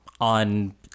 on